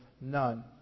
none